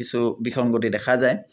কিছু বিসংগতি দেখা যায়